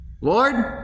Lord